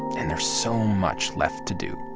and there's so much left to do.